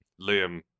Liam